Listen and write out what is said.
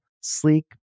sleek